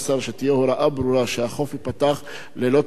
שתהיה הוראה ברורה שהחוף ייפתח ללא תשלום.